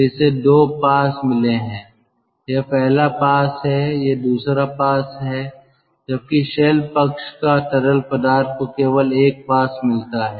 तो इसे 2 पास मिले हैं यह पहला पास है यह दूसरा पास है जबकि शेल पक्ष का तरल पदार्थ को केवल एक पास मिलता है